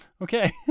Okay